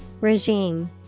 Regime